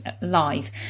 live